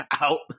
out